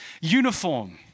uniform